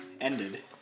ended